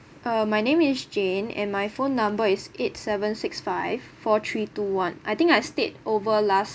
uh my name is jane and my phone number is eight seven six five four three two one I think I stayed over last